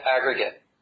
aggregate